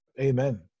Amen